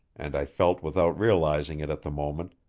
and i felt without realizing it at the moment,